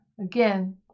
again